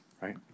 right